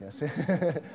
Yes